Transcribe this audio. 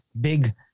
big